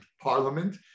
parliament